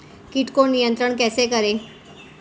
कीट को नियंत्रण कैसे करें?